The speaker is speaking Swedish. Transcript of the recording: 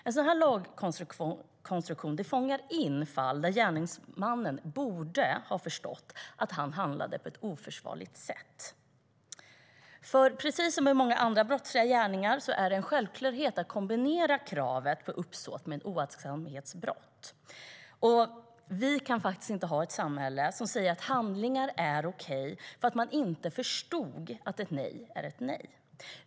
En sådan lagkonstruktion fångar in fall där gärningsmannen borde ha förstått att han handlade på ett oförsvarligt sätt. Precis som med många andra brottsliga gärningar är det en självklarhet att kombinera kravet på uppsåt med ett oaktsamhetsbrott. Vi kan inte ha ett samhälle som säger att handlingar är okej för att en man inte förstod att ett nej är ett nej.